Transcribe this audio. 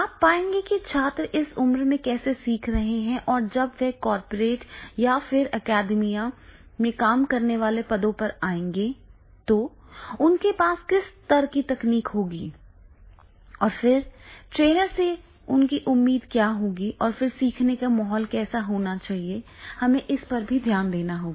आप पाएंगे कि छात्र इस उम्र में कैसे सीख रहे हैं और जब वे कारपोरेट में या अकादमिया में काम करने वाले पदों पर आएंगे तो उनके पास किस स्तर की तकनीक होगी और फिर ट्रेनर से उनकी क्या उम्मीद होगी और फिर सीखने का माहौल कैसा होना चाहिए इसे हमें ध्यान में रखना होगा